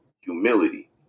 humility